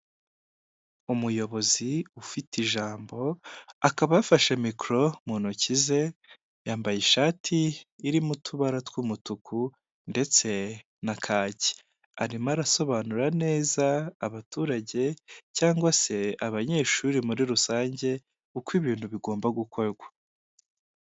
Umuyobozi ufite ijambo, akaba afashe mikoro mu ntoki ze, yambaye ishati irimo utubara tw'umutuku ndetse na kake, arimo arasobanurira neza abaturage cyangwa se abanyeshuri muri rusange, uko ibintu bigomba gukorwa.